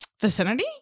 vicinity